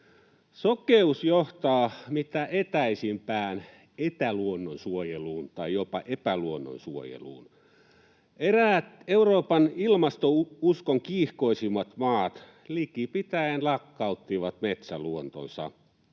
Sokeus johtaa mitä etäisimpään etäluonnonsuojeluun tai jopa epäluonnonsuojeluun. Eräät Euroopan ilmastouskon kiihkoisimmat maat likipitäen lakkauttivat metsäluontonsa.